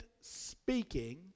speaking